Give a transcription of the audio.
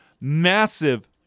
massive